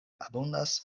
abundas